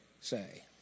say